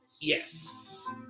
Yes